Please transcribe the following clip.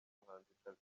muhanzikazi